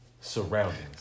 surroundings